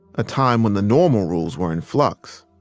a time when the normal rules were in flux.